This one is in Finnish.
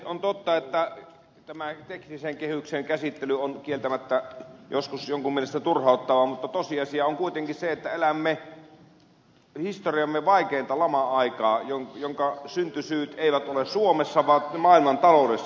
on totta että tämä teknisen kehyksen käsittely on kieltämättä joskus jonkun mielestä turhauttavaa mutta tosiasia on kuitenkin se että elämme historiamme vaikeinta lama aikaa jonka syntysyyt eivät ole suomessa vaan maailmantaloudessa